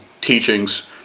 teachings